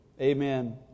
amen